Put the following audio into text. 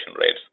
rates